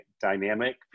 dynamic